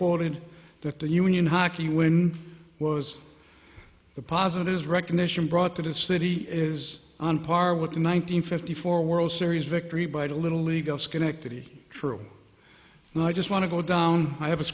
quoted that the union hockey when was the positives recognition brought to this city is on par with the one nine hundred fifty four world series victory by the little league of schenectady true and i just want to go down i have a